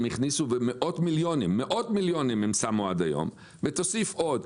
הם הכניסו בעבר ומאות מיליונים הם שמו עד היום ותוסיף עוד.